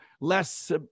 less